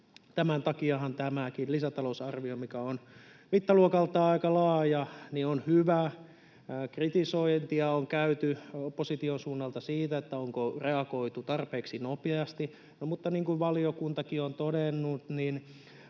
Tämän takiahan tämäkin lisätalousarvio, mikä on mittaluokaltaan aika laaja, on hyvä. Kritisointia on käyty opposition suunnalta siitä, onko reagoitu tarpeeksi nopeasti. Mutta niin kuin valiokuntakin on todennut,